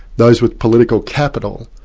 those with political capital,